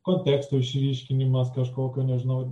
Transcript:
konteksto išryškinimas kažkokio nežinau